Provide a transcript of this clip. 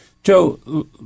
Joe